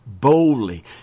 boldly